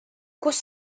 kus